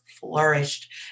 flourished